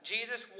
Jesus